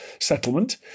settlement